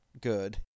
good